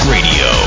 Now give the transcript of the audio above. Radio